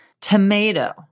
tomato